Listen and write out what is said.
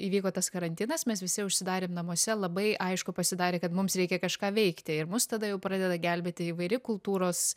įvyko tas karantinas mes visi užsidarėm namuose labai aišku pasidarė kad mums reikia kažką veikti ir mus tada jau pradeda gelbėti įvairi kultūros